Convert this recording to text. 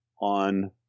on